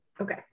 okay